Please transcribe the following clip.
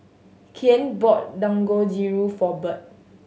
Kyan bought Dangojiru for Bird